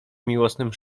miłosnym